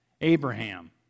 Abraham